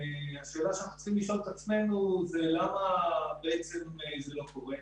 והשאלה שאנחנו צריכים לשאול את עצמנו היא למה זה לא קורה.